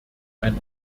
ein